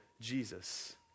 Jesus